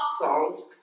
songs